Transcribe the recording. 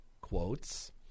quotes